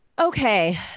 Okay